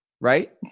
right